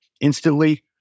instantly